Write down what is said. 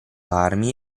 armi